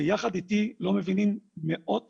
ויחד איתי לא מבינים מאות